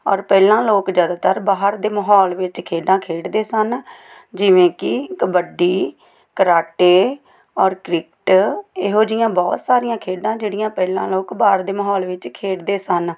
ਔਰ ਪਹਿਲਾਂ ਲੋਕ ਜ਼ਿਆਦਾਤਰ ਬਾਹਰ ਦੇ ਮਾਹੌਲ ਵਿੱਚ ਖੇਡਾਂ ਖੇਡਦੇ ਸਨ ਜਿਵੇਂ ਕਿ ਕਬੱਡੀ ਕਰਾਟੇ ਔਰ ਕ੍ਰਿਕਟ ਇਹੋ ਜਿਹੀਆਂ ਬਹੁਤ ਸਾਰੀਆਂ ਖੇਡਾਂ ਜਿਹੜੀਆਂ ਪਹਿਲਾਂ ਲੋਕ ਬਾਹਰ ਦੇ ਮਾਹੌਲ ਵਿੱਚ ਖੇਡਦੇ ਸਨ